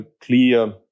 clear